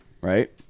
Right